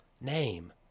name